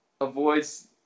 avoids